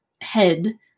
head